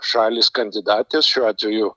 šalys kandidatės šiuo atveju